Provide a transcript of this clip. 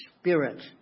Spirit